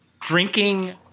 drinking